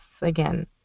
again